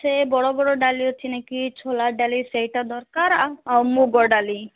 ସେ ବଡ଼ ବଡ଼ ଡାଲି ଅଛି ନିକି ଛୋଲା ଡାଲି ସେଇଟା ଦରକାର ଆଉ ଆଉ ମୁଗ ଡାଲି